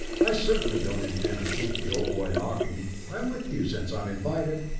i certainly don't intend to keep the old boy knocking i'm with you, since i'm invited!